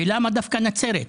למה דווקא נצרת?